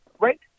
Right